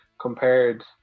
compared